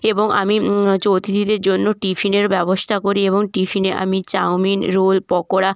এবং আমি হচ্ছে অতিথিদের জন্য টিফিনের ব্যবস্থা করি এবং টিফিনে আমি চাউমিন রোল পকৌড়া